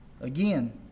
Again